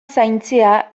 zaintzea